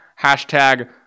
hashtag